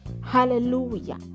hallelujah